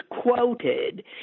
quoted